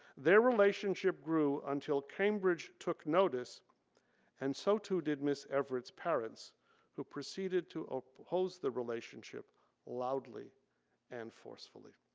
their relationship grew until cambridge took notice and so too did miss everett's parents who proceeded to oppose the relationship loudly and forcefully.